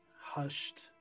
hushed